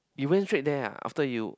you went straight there ah after you